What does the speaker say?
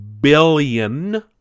billion